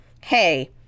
hey